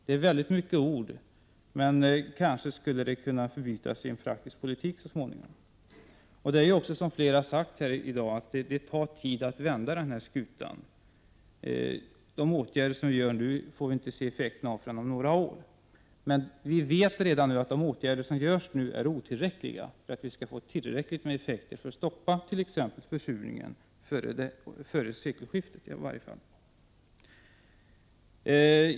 Det är många ord, men kanske skulle de kunna förbytas i en praktisk politik så småningom. Det tar också, som flera talare sagt i dag, tid att vända skutan. De åtgärder vi vidtar nu får vi inte se effekterna av förrän om några år. Men vi vet redan nu att de åtgärder som vidtagits är otillräckliga för att ge sådana effekter att de stoppar t.ex. försurningen i varje fall före sekelskiftet.